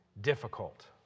difficult